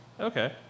Okay